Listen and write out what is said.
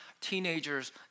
teenagers